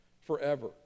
forever